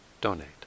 donate